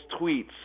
tweets